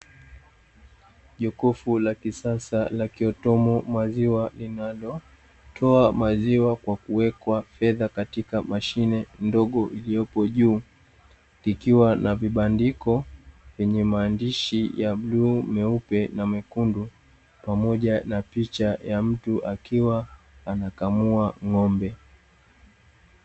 Jokofu la kisasa ya kiotomo maziwa linalotoa maziwa kwa kuwekwa fedha katika mashine ndogo uliyoko juu; ikiwa na vibandiko vyenye maandishi ya bluu, meupe na mekundu pamoja na picha ya mtu akiwa anakamua ng'ombe.